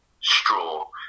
straw